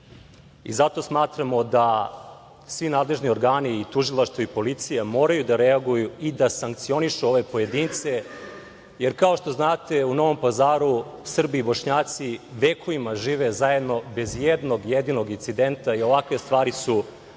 i zato smatramo da svi nadležni organi, i tužilaštvo i policija, moraju da reaguju i da sankcionišu ove pojedince. Kao što znate, u Novom Pazaru, Srbi i Bošnjaci vekovima žive zajedno bez i jednog jedinog incidenta i ovakve stvari su